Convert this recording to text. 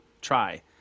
Try